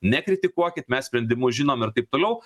nekritikuokit mes sprendimus žinom ir taip toliau